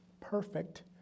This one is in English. perfect